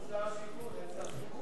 שר השיכון יצא.